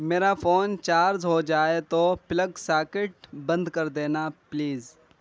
میرا phone charge ہوجائے تو پلگ ساکٹ بند کر دینا پلیز